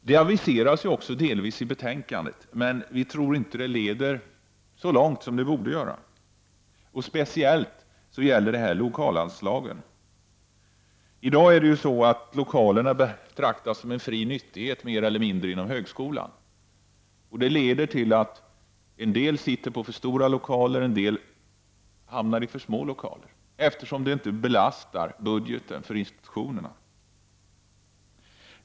Det aviseras också delvis i betänkandet, men vi tror inte att det leder så långt som det borde göra. Speciellt gäller detta lokalanslagen. I dag betraktas lokalerna mer eller mindre som en fri nyttighet inom högskolan. Det leder till att en del sitter i för små lokaler, en del i för stora, eftersom detta inte belastar budgeten för institutionerna.